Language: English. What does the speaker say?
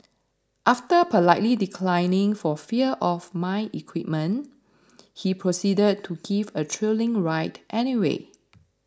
after politely declining for fear of my equipment he proceeded to give a thrilling ride anyway